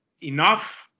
enough